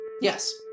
Yes